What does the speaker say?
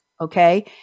okay